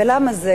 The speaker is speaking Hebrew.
ולמה זה?